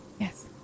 Yes